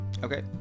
Okay